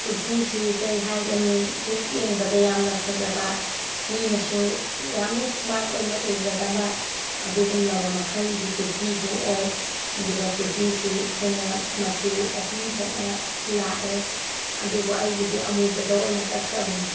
ꯀꯨꯔꯇꯤꯁꯤ ꯀꯔꯤ ꯍꯥꯏꯒꯅꯤ ꯍꯦꯛ ꯌꯦꯡꯕꯗ ꯌꯥꯝꯅ ꯐꯖꯕ ꯃꯤꯅꯁꯨ ꯌꯥꯝꯅ ꯁ꯭ꯃꯥꯔꯠ ꯑꯣꯏꯅ ꯎꯒꯗꯕ ꯑꯗꯨꯒꯨꯝꯂꯕ ꯃꯈꯜꯒꯤ ꯀꯨꯔꯇꯤꯗꯨ ꯑꯣꯏ ꯑꯗꯨꯒ ꯀꯨꯔꯇꯤꯁꯤ ꯑꯩꯈꯣꯏꯅ ꯃꯆꯨ ꯑꯍꯨꯝ ꯊꯣꯛꯅ ꯂꯥꯛꯑꯦ ꯑꯗꯨꯕꯨ ꯑꯩꯒꯤꯗꯤ ꯑꯃꯨꯕꯗ ꯑꯣꯏꯅ ꯀꯛꯆꯕꯅꯤ